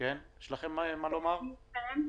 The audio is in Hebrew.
משרד המשפטים, בבקשה.